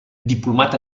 diplomat